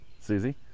Susie